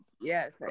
Yes